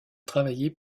travaillé